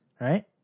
Right